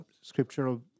scriptural